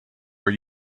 are